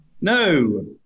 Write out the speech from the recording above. No